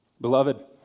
Beloved